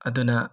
ꯑꯗꯨꯅ